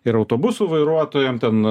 ir autobusų vairuotojam ten